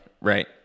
Right